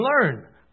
learn